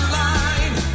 line